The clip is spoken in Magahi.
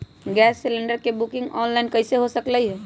गैस सिलेंडर के बुकिंग ऑनलाइन कईसे हो सकलई ह?